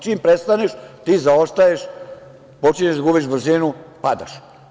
Čim prestaneš, ti zaostaješ, počinješ da gubiš brzinu i padaš.